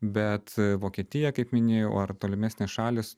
bet vokietija kaip minėjau ar tolimesnės šalys